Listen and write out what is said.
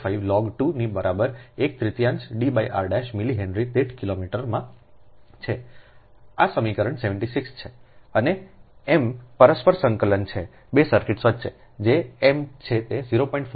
4605 log 2 ની બરાબર એક તૃતીયાંશ D r મિલી હેનરી દીઠ કિલોમીટરમાં છે આ સમીકરણ 76 છે અને એમ પરસ્પર સંકલન છે 2 સર્કિટ્સ વચ્ચે જે એમ છે તે 0